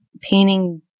painting